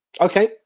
Okay